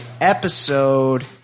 episode